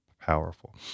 powerful